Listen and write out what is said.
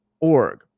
org